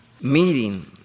meeting